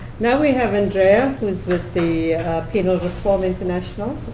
now we have andrea, who is with the penal reform international.